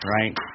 right